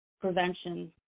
Prevention